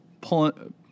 pulling